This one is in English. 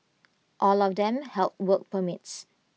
all of them held work permits